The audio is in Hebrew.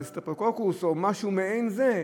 על סטרפטוקוקוס או משהו מעין זה,